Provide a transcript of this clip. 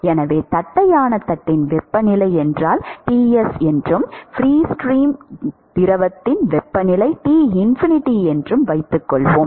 எனவே தட்டையான தட்டின் வெப்பநிலை என்றால் Ts என்றும் ஃப்ரீ ஸ்ட்ரீம் திரவத்தின் வெப்பநிலை T∞ என்றும் வைத்துக்கொள்வோம்